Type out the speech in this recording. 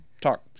talk